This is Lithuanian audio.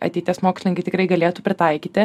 ateities mokslininkai tikrai galėtų pritaikyti